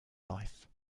life